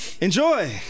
Enjoy